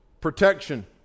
protection